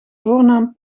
voornaam